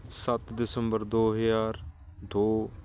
ਸੱਤ ਦਸੰਬਰ ਦੋ ਹਜ਼ਾਰ ਦੋ